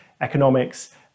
economics